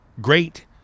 great